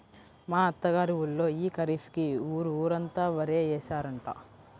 మా అత్త గారి ఊళ్ళో యీ ఖరీఫ్ కి ఊరు ఊరంతా వరే యేశారంట